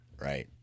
Right